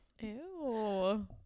Ew